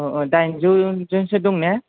दाइनजौ जनसो दं ने